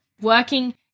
working